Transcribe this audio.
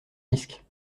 risque